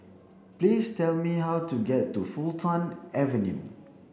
please tell me how to get to Fulton Avenue